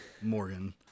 Morgan